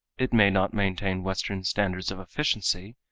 it may not maintain western standards of efficiency,